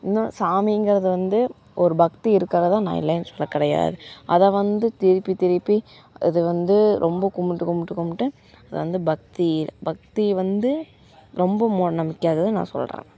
இன்னும் சாமிங்கிறது வந்து ஒரு பக்தி இருக்கிறது தான் நான் இல்லேன்னு சொல்லக் கிடையாது அதை வந்து திருப்பி திருப்பி இது வந்து ரொம்ப கும்பிட்டு கும்பிட்டு கும்பிட்டு அது வந்து பக்தி பக்தி வந்து ரொம்ப மூட நம்பிக்கை அதை தான் நான் சொல்கிறேன்